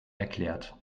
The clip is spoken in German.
erklärt